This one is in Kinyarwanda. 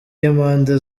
y’impande